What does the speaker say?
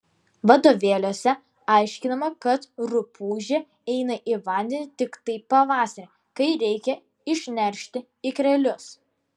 vadovėliuose aiškinama kad rupūžė eina į vandenį tiktai pavasarį kai reikia išneršti ikrelius